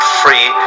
free